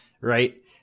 right